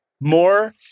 more